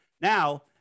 Now